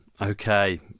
okay